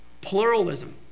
Pluralism